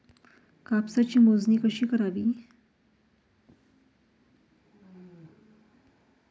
कापसाची मोजणी कशी करावी?